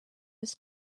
his